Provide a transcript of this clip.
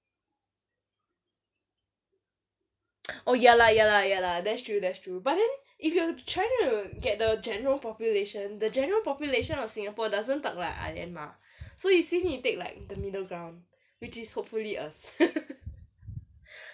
oh ya lah ya lah ya lah that's true that's true but then if you trying to get the general population the general population of singapore doesn't talk like ah lian mah so you still need to take like the middle ground which is hopefully us